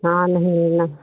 हाँ नहीं लेना है